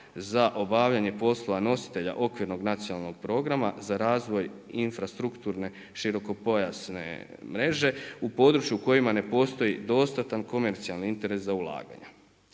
za obavljanja poslova nositelja okvirnog nacionalnog programa za razvoj infrastrukturne, širokopojasne mreže, u području u kojima ne postoji dostatni komercijalni interes za ulaganja.